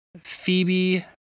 phoebe